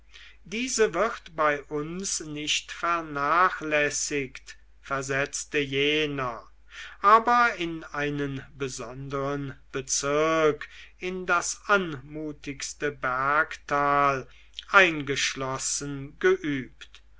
diese wird bei uns nicht vernachlässigt versetzte jener aber in einen besondern bezirk in das anmutigste bergtal eingeschlossen geübt